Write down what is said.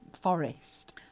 forest